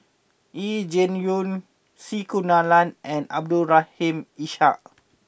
Yee Jenn Jong C Kunalan and Abdul Rahim Ishak